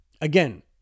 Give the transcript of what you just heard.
again